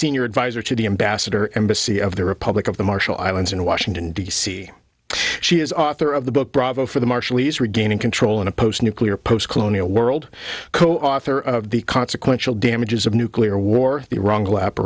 senior advisor to the ambassador embassy of the republic of the marshall islands in washington d c she is author of the book bravo for the marshallese regaining control in a post nuclear post colonial world co author of the consequential damages of nuclear war the wrong la